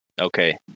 Okay